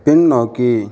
பின்னோக்கி